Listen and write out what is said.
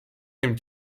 dem